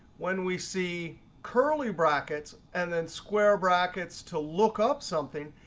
when we see curly brackets and then square brackets to look up something,